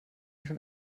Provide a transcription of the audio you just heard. schon